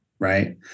right